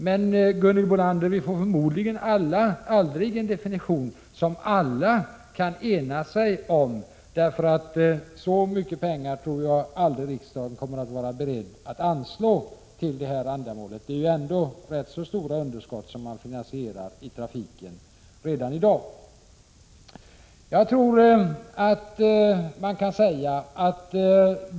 Men, Gunhild Bolander, vi får förmodligen aldrig en definition som alla kan ena sig om. Så mycket pengar tror jag aldrig att riksdagen kommer att vara beredd att anslå till detta ändamål. Det är trots allt ganska stora underskott i trafiken som man måste finansiera redan i dag.